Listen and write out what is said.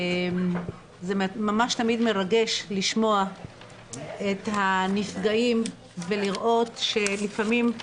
זה ממש תמיד מרגש לשמוע את הנפגעים ולראות שלפעמים,